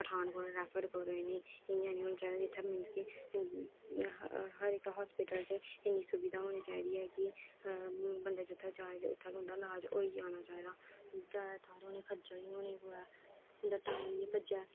Pathankot refer करो इ'नेंगी इ'यां निं होना चाहिदा मींस कि हर इक हास्पिटल च इन्नी सुविधा होनी चाहिदी ऐ कि बंदा जित्थै जाए ते उत्थै उं'दा ईलाज होई जाना चाहिदा कुतै होर थाहर उनेंगी खज्जल निं होने पोऐ कुतै टाइम निं भज्जै